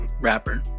rapper